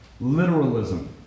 literalism